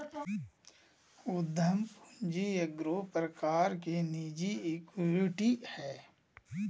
उद्यम पूंजी एगो प्रकार की निजी इक्विटी हइ